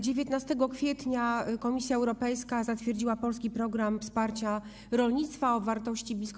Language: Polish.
19 kwietnia Komisja Europejska zatwierdziła polski program wsparcia rolnictwa o wartości blisko